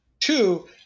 Two